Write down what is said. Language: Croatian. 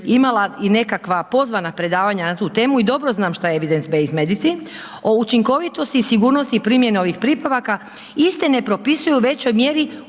i nekakva pozvana predavanja na tu temu i dobro znam što je…/Govornik se ne razumije/… o učinkovitosti i sigurnosti primjene ovih pripravaka, iste ne propisuju u većoj mjeri